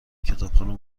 کتابخانه